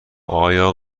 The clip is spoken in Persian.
آیا